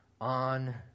on